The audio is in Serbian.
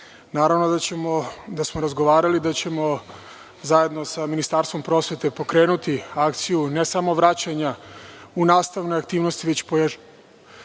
Razgovarali smo o tome da ćemo zajedno sa Ministarstvom prosvete pokrenuti akciju ne samo vraćanja u nastavne aktivnosti, već i jačanja